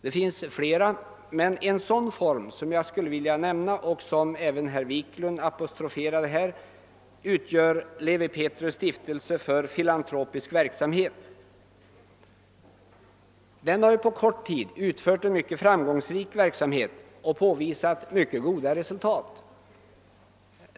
Det finns flera sådana former men en som jag skulle vilja nämna och som även herr Wiklund = apostroferade utgör Lewi Pethrus? stiftelse för filantropisk verksamhet. Den har arbetat mycket framgångsrikt och har på kort tid kunnat uppvisa mycket goda resultat.